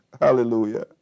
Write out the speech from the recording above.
hallelujah